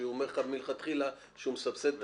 כשהוא אומר לך מלכתחילה שהוא מסבסד את